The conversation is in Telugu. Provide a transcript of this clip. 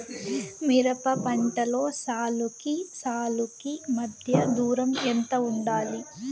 మిరప పంటలో సాలుకి సాలుకీ మధ్య దూరం ఎంత వుండాలి?